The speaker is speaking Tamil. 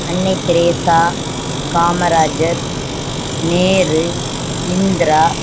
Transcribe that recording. அன்னைதெரசா காமராஜர் நேரு இந்திரா